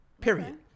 Period